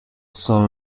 son